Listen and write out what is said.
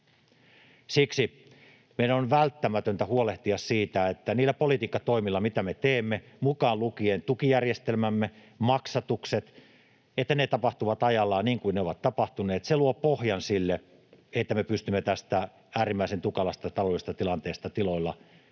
Siksi meidän on välttämätöntä huolehtia siitä, että ne politiikkatoimet, mitä me teemme, mukaan lukien tukijärjestelmämme, maksatukset, tapahtuvat ajallaan, niin kuin ne ovat tapahtuneet. Se luo pohjan sille, että me pystymme tästä äärimmäisen tukalasta taloudellisesta tilanteesta tiloilla